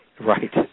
Right